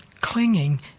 clinging